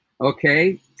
Okay